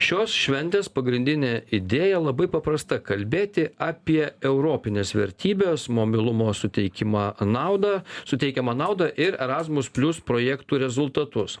šios šventės pagrindinė idėja labai paprasta kalbėti apie europines vertybes mobilumo suteikiamą naudą suteikiamą naudą ir erasmus plius projektų rezultatus